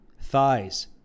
Thighs